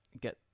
Get